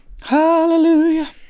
hallelujah